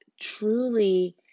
truly